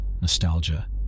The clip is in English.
nostalgia